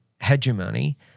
hegemony